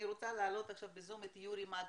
אני רוצה להעלות ב-זום את יורי מגנר.